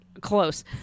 Close